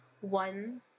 one